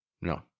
no